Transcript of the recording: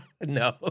No